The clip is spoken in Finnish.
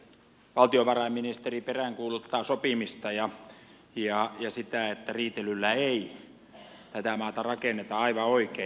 valtiovarainministeri peräänkuuluttaa sopimista ja sitä että riitelyllä ei tätä maata rakenneta aivan oikein